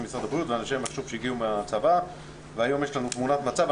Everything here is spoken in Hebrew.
משרד הבריאות ואנשי המחשוב שהגיעו מן הצבא והיום יש לנו תמונת מצב.